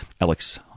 Alex